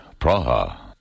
Praha